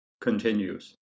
continues